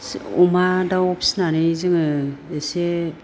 अमा दाव फिनानै जोङो एसे